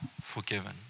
forgiven